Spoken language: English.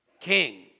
King